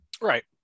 Right